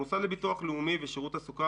המוסד לביטוח לאומי ושירות התעסוקה